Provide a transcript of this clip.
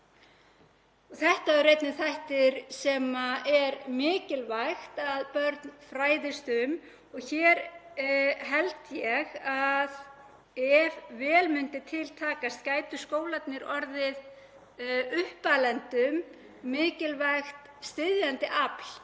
Þetta eru einnig þættir sem er mikilvægt að börn fræðist um. Hér held ég að ef vel myndi til takast gætu skólarnir orðið uppalendum mikilvægt styðjandi afl